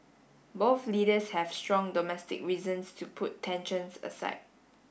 both leaders have strong domestic reasons to put tensions aside